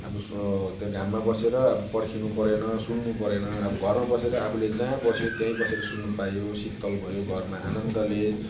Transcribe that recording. त्यो घाममा बसेर अब पर्खिनु परेन सुन्नु परेन अब घरमा बसेर आफूले जहाँ बस्यो त्यहीँ बसेर सुन्नु पायो शीतल भयो घरमा आनन्दले